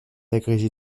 agrégée